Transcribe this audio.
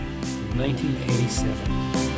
1987